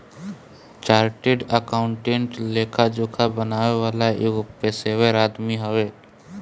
chartered accountant लेखा जोखा बनावे वाला एगो पेशेवर आदमी हवे